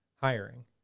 hiring